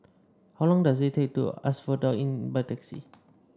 how long does it take to Asphodel Inn by taxi